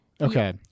Okay